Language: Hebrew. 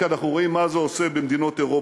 כי אנחנו רואים מה זה עושה במדינות אירופה.